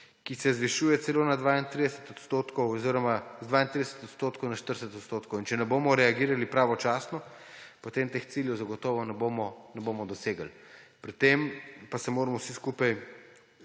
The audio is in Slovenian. ki se zvišuje celo na 32 odstotkov oziroma z 32 odstotkov na 40 odstotkov. Če ne bomo reagirali pravočasno, potem teh ciljev zagotovo ne bomo dosegli. Pri tem pa se moramo vsi skupaj